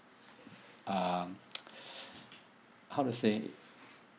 um how to say